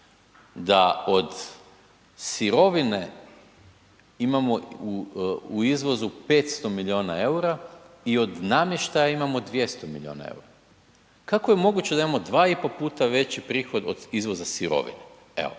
da od sirovine imamo u izvozu imamo 500 milijuna eura i od namještaja imamo 200 milijuna eura? Kako je moguće da imamo 2 i pol puta veći prihod od izvoza sirovina, evo.